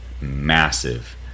massive